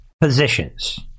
positions